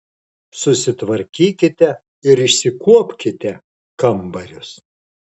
susitvarkykite ir išsikuopkite kambarius